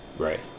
Right